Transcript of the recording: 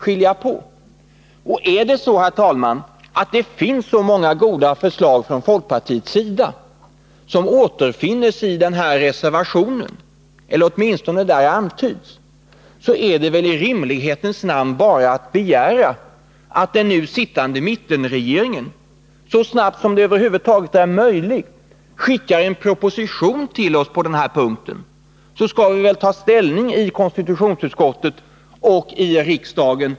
Men om det är så, herr talman, att det finns så många goda förslag från folkpartiets sida, förslag som återfinns i denna reservation eller åtminstone antyds där, så är det väl i rimlighetens namn bara att begära att den nu sittande mittenregeringen så snart som det över huvud taget är möjligt förelägger oss en proposition på den här punkten. Då skall vi naturligtvis ta ställning till de förslagen i konstitutionsutskottet och i riksdagen.